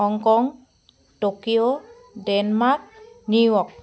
Hong Kong Tokyo Denmark New York